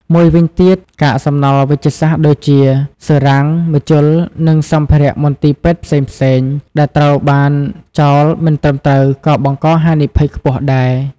មួយវិញទៀត កាកសំណល់វេជ្ជសាស្ត្រដូចជា សឺរ៉ាំង ម្ជុល និងសម្ភារៈមន្ទីរពេទ្យផ្សេងៗ ដែលត្រូវបានចោលមិនត្រឹមត្រូវក៏បង្កហានិភ័យខ្ពស់ដែរ។